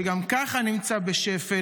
שגם ככה נמצא בשפל,